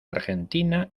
argentina